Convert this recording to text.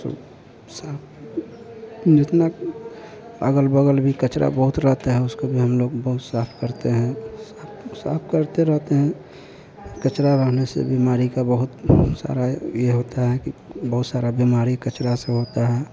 सु साफ जितना अग़ल बग़ल भी कचरा बहुत रहता है उसको भी हम लोग बहुत साफ करते हैं सब साफ करते रहते हैं कचरा रहने से बिमारी का बहुत सारा यह होता है कि बहुत सारी बिमारी कचरे से होती है